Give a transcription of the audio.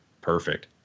Perfect